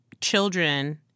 children